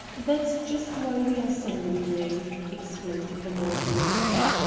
that's just why we are sending you, explained the managing editor.